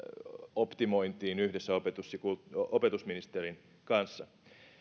optimointiin yhdessä opetusministerin kanssa